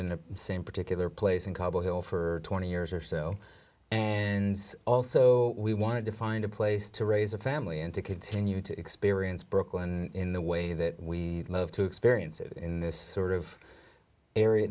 in the same particular place in cobble hill for twenty years or so and also we wanted to find a place to raise a family and to continue to experience brooklyn in the way that we love to experience it in this sort of